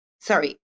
Sorry